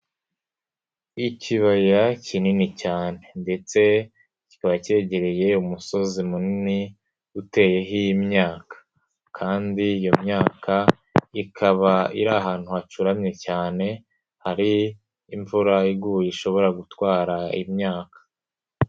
Ikibaya kinini cyane ndetse kikaba cyegereye umusozi munini, uteyeho imyaka kandi iyo myaka ikaba iri ahantu hacuramye cyane, hari imvura iguye ishobora gutwara imyaka.